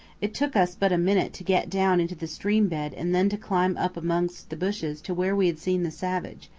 it took us but a minute to get down into the stream bed and then to climb up amongst the bushes to where we had seen the savage,